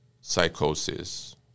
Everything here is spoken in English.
psychosis